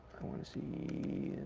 want to see